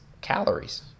calories